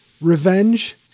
Revenge